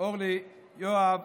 אורלי, יואב.